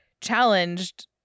challenged